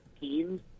teams